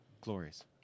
glorious